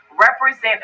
represent